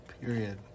period